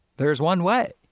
there's one way.